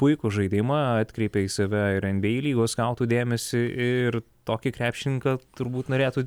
puikų žaidimą atkreipė į save ir enbyei lygos skautų dėmesį ir tokį krepšininką turbūt norėtų